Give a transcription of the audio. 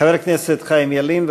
חבר הכנסת חיים ילין,